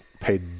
paid